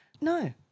No